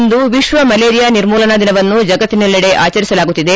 ಇಂದು ವಿಶ್ವ ಮಲೇರಿಯಾ ನಿರ್ಮೂಲನಾ ದಿನವನ್ನು ಜಗತ್ತಿನೆಲ್ಲಡೆ ಆಚರಿಸಲಾಗುತ್ತಿದೆ